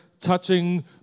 touching